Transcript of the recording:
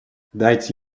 дайте